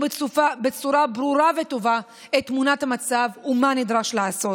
בצורה ברורה וטובה את תמונת המצב ומה נדרש לעשות,